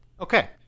Okay